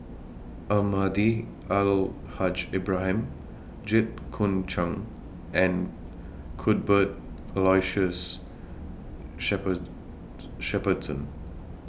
Almahdi Al Haj Ibrahim Jit Koon Ch'ng and Cuthbert Aloysius shopper Shepherdson